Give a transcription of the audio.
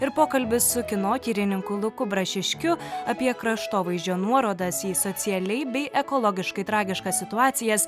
ir pokalbis su kinotyrininku luku brašiškiu apie kraštovaizdžio nuorodas į socialiai bei ekologiškai tragiškas situacijas